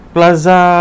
Plaza